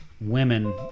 women